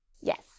Yes